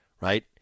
right